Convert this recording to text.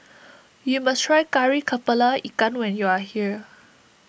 you must try Kari Kepala Ikan when you are here